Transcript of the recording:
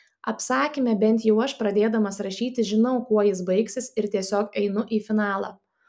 apsakyme bent jau aš pradėdamas rašyti žinau kuo jis baigsis ir tiesiog einu į finalą